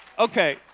Okay